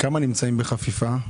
כמה נמצאים בחפיפה?